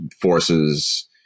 forces